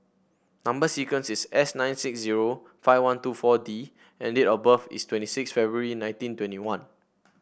number sequence is S nine six zero five one two four D and date of birth is twenty six February nineteen twenty one